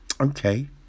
okay